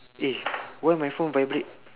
eh why my phone vibrate